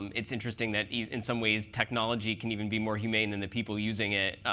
it's interesting that in some ways, technology can even be more humane than the people using it